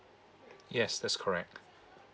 yes that's correct